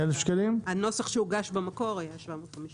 הנוסח שהוגש במקור היה 750 שקלים.